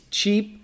cheap